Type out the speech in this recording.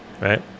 right